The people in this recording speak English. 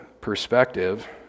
perspective